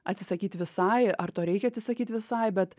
atsisakyt visai ar to reikia atsisakyt visai bet